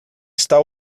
está